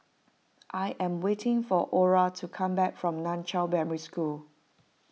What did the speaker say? I am waiting for Orah to come back from Nan Chiau Primary School